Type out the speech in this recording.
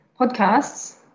podcasts